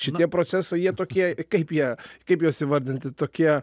šitie procesai jie tokie kaip jie kaip juos įvardinti tokie